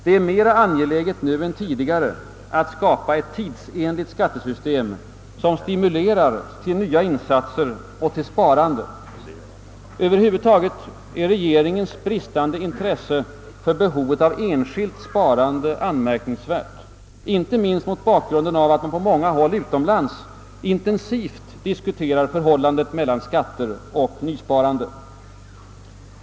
Det är mera angeläget än någonsin tidigare att skapa ett tidsenligt skattesystem, som stimulerar till nya insatser och till sparande. Över huvud taget är regeringens bristande intresse för behovet av enskilt sparande anmärkningsvärt, inte minst mot bakgrunden av att man på många håll utomlands intensivt diskuterar förhållandet mellan skatter och nysparande.